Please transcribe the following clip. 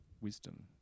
wisdom